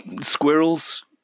Squirrels